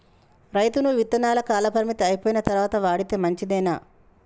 రైతులు విత్తనాల కాలపరిమితి అయిపోయిన తరువాత వాడితే మంచిదేనా?